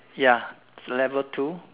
ya level two